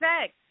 sex